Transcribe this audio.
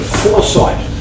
foresight